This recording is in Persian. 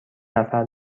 نفر